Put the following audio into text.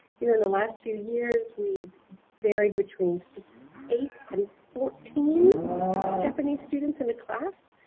you know the last few years, we've varied between eight and fourteen japanese students in a class.